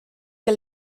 que